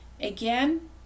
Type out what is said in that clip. Again